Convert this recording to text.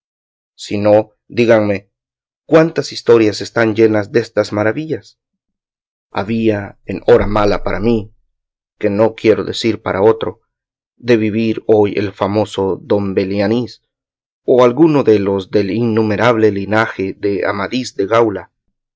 no díganme cuántas historias están llenas destas maravillas había en hora mala para mí que no quiero decir para otro de vivir hoy el famoso don belianís o alguno de los del inumerable linaje de amadís de gaula